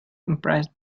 impressed